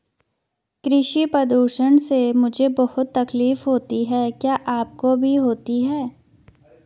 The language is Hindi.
कृषि प्रदूषण से मुझे बहुत तकलीफ होती है क्या आपको भी होती है